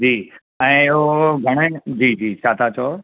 जी ऐं उहो घणे जी जी छा था चओ